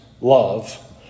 love